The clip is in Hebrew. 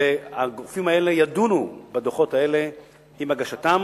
והגופים האלה ידונו בדוחות האלה עם הגשתם.